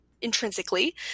intrinsically